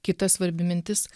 kita svarbi mintis